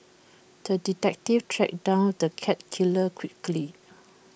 the detective tracked down the cat killer quickly